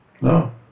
no